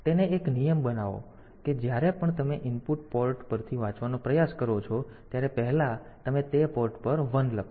તેથી તેને એક નિયમ બનાવો કે જ્યારે પણ તમે ઇનપુટ પોર્ટ પરથી વાંચવાનો પ્રયાસ કરો છો ત્યારે પહેલા તમે તે પોર્ટ પર 1 લખો